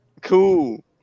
cool